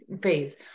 phase